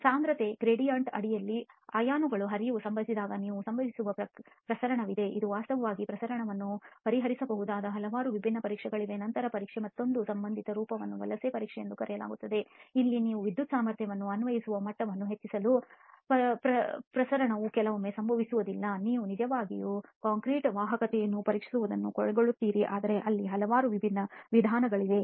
ಸಾಂದ್ರತೆಯ ಗ್ರೇಡಿಯಂಟ್ ಅಡಿಯಲ್ಲಿ ಅಯಾನುಗಳ ಹರಿವು ಸಂಭವಿಸಿದಾಗ ನೀವು ಸಂಭವಿಸುವ ಪ್ರಸರಣವಿದೆ ಮತ್ತು ವಾಸ್ತವವಾಗಿ ಪ್ರಸರಣವನ್ನು ಪರಿಹರಿಸಬಹುದಾದ ಹಲವಾರು ವಿಭಿನ್ನ ಪರೀಕ್ಷೆಗಳಿವೆ ಮತ್ತು ನಂತರ ಈ ಪರೀಕ್ಷೆಯ ಮತ್ತೊಂದು ಸಂಬಂಧಿತ ರೂಪವನ್ನು ವಲಸೆ ಪರೀಕ್ಷೆ ಎಂದು ಕರೆಯಲಾಗುತ್ತದೆ ಅಲ್ಲಿ ನೀವು ವಿದ್ಯುತ್ ಸಾಮರ್ಥ್ಯವನ್ನು ಅನ್ವಯಿಸುವ ಮಟ್ಟವನ್ನು ಹೆಚ್ಚಿಸಲು ಪ್ರಸರಣವು ಕೆಲವೊಮ್ಮೆ ಸಂಭವಿಸುವುದಿಲ್ಲ ನೀವು ನಿಜವಾಗಿಯೂ ಕಾಂಕ್ರೀಟ್ ವಾಹಕತೆಯನ್ನು ಪರೀಕ್ಷಿಸುವುದನ್ನು ಕೊನೆಗೊಳಿಸುತ್ತೀರಿ ಆದರೆ ಅಲ್ಲಿ ಹಲವಾರು ವಿಭಿನ್ನ ವಿಧಾನಗಳಿವೆ